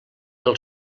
del